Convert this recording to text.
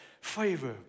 Favor